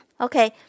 Okay